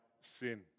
sin